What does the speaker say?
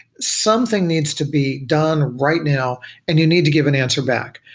something needs to be done right now and you need to give an answer back.